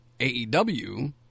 AEW